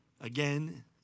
again